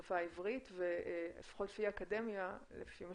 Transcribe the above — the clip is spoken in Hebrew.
לשפה העברית ולפחות לפי האקדמיה ולפי מה